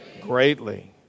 Greatly